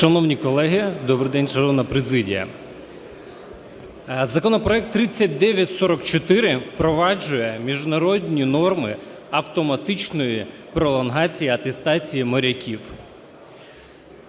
Шановні колеги, добрий день, шановна президія! Законопроект 3944 впроваджує міжнародні норми автоматичної пролонгації атестації моряків.